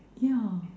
ya